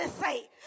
say